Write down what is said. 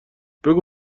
بگو